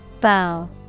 bow